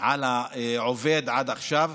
על העובד עד עכשיו.